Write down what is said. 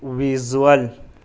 visual